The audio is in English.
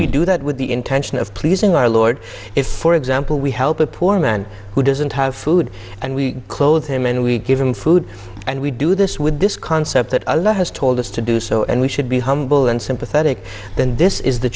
we do that with the intention of pleasing our lord if for example we help a poor man who doesn't have food and we clothe him and we give him food and we do this with this concept that has told us to do so and we should be humble and sympathetic then this is the